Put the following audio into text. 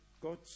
God